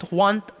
want